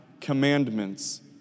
commandments